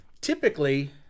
Typically